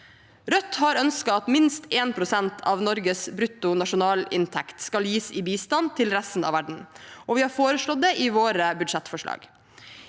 Rødt har ønsket at minst 1 pst. av Norges bruttonasjonalinntekt skal gis i bistand til resten av verden, og vi har foreslått det i våre budsjettforslag.